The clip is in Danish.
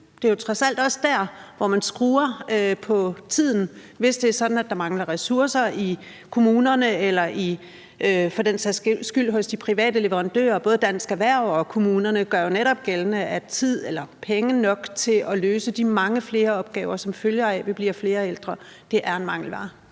alt også der, hvor man skruer på tiden, hvis det er sådan, at der mangler ressourcer i kommunerne eller for den sags skyld hos de private leverandører. Både Dansk Erhverv og kommunerne gør jo netop gældende, at tid eller penge nok til at løse de mange flere opgaver, som følger af, at vi bliver flere ældre, er en mangelvare.